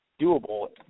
doable